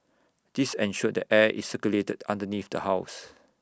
this ensured that air is circulated underneath the house